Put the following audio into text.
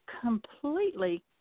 completely